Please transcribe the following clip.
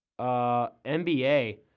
NBA